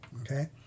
Okay